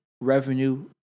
revenue